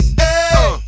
hey